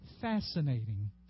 fascinating